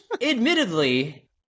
admittedly